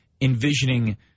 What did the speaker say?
envisioning